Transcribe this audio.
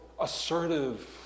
assertive